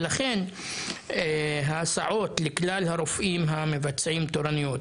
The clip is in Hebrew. ולכן ההסעות לכלל הרופאים המבצעים תורנויות